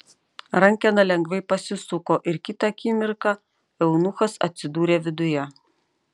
rankena lengvai pasisuko ir kitą akimirką eunuchas atsidūrė viduje